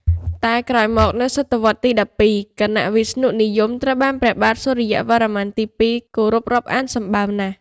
តែក្រោយមក នៅស.វ.ទី១២ គណៈវិស្ណុនិយមត្រូវបានព្រះបាទ សូរ្យវរ្ម័នទី ២ គោរពរាប់អានសម្បើមណាស់។